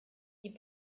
die